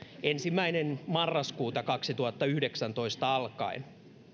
ensimmäinen marraskuuta kaksituhattayhdeksäntoista alkaen